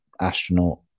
astronaut